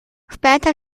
später